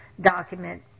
document